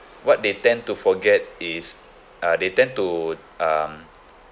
what they tend to forget is uh they tend to um